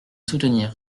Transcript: soutenir